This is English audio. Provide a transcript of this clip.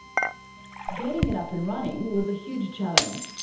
getting it up and running was a huge challenge.